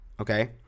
okay